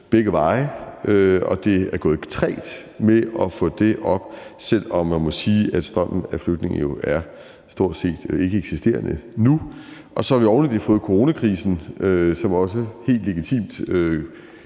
begge veje, og det er gået trægt med at få den op, selv om man må sige, at strømmen af flygtninge jo er stort set ikkeeksisterende nu. Og så har vi oven i det fået coronakrisen, som også helt legitimt